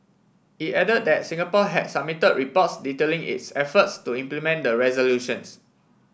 it added that Singapore had submitted reports detailing its efforts to implement the resolutions